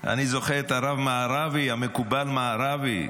אני זוכר את הרב מערבי, המקובל מערבי.